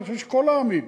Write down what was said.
אני חושב שכל העמים,